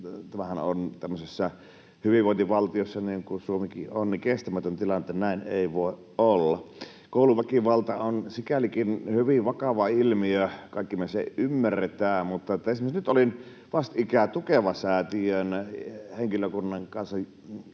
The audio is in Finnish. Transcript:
tämä on tämmöisessä hyvinvointivaltiossa, niin kuin Suomikin on, kestämätön tilanne. Näin ei voi olla. Kouluväkivalta on hyvin vakava ilmiö, kaikki me se ymmärretään. Nyt olin vastikään Tukeva-säätiön henkilökunnan kanssa